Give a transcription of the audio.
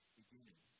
beginning